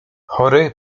chory